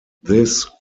this